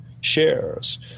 shares